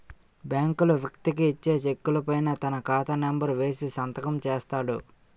బ్యాంకులు వ్యక్తికి ఇచ్చే చెక్కుల పైన తన ఖాతా నెంబర్ వేసి సంతకం చేస్తాడు